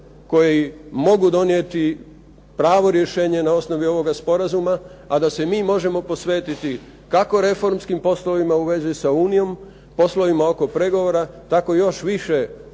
koji mogu donijeti pravo rješenje na osnovi ovoga sporazuma, a da se mi možemo posvetiti kako reformskim poslovima u vezi sa Unijom, poslovima oko pregovora, tako još više onim